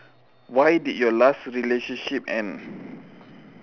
why did your last relationship end